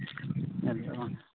ᱧᱮᱞ ᱦᱩᱭᱩᱜᱼᱟ ᱵᱟᱝ